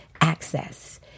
access